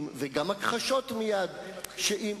חוק שאדם